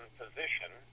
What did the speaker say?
position